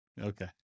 Okay